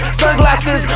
sunglasses